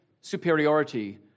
superiority